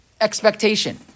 expectation